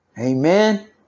Amen